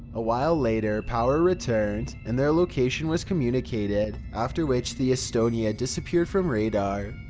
a while later, power returned, and their location was communicated, after which the estonia disappeared from radar.